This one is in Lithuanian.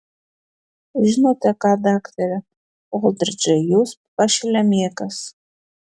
žinote ką daktare oldridžai jūs pašlemėkas